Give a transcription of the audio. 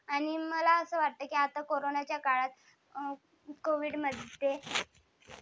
आणि मला असे वाटतं की आत्ता कोरोनाच्या काळात कोविडमध्ये